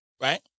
right